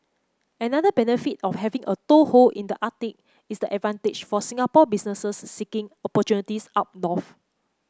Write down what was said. another benefit of having a toehold in the Arctic is the advantage for Singapore businesses seeking opportunities up north